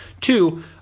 Two